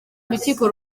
urukiko